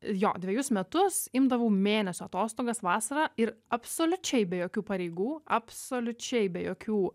jo dvejus metus imdavau mėnesio atostogas vasarą ir absoliučiai be jokių pareigų absoliučiai be jokių